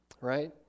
right